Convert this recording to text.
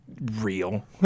real